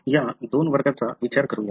या दोन वर्गांचा विचार करूया